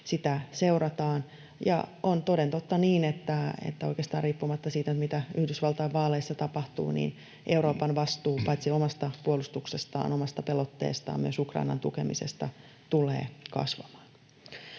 Sitä seurataan. On toden totta niin, että oikeastaan riippumatta siitä, mitä Yhdysvaltain vaaleissa tapahtuu, Euroopan vastuu paitsi omasta puolustuksestaan, omasta pelotteestaan, myös Ukrainan tukemisesta tulee kasvamaan.